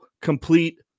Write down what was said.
complete